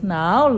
now